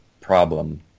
problem